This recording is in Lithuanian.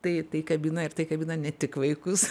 tai tai kabina ir tai kabina ne tik vaikus